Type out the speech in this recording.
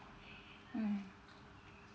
mm